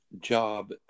job